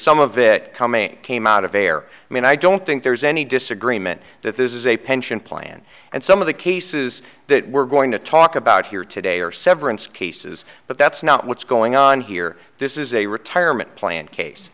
some of it coming came out of air i mean i don't think there's any disagreement that this is a pension plan and some of the cases that we're going to talk about here today are severance cases but that's not what's going on here this is a retirement plan case